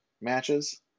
matches